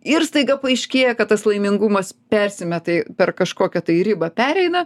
ir staiga paaiškėja kad tas laimingumas persimetė per kažkokią tai ribą pereina